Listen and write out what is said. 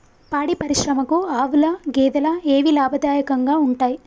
పాడి పరిశ్రమకు ఆవుల, గేదెల ఏవి లాభదాయకంగా ఉంటయ్?